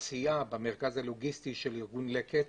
את העשייה במרכז הלוגיסטי של ארגון לקט